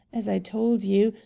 as i told you,